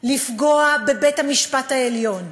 לפגוע בבית-המשפט העליון,